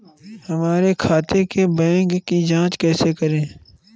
हमारे खाते के बैंक की जाँच कैसे करें?